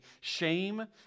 shame